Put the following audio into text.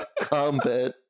combat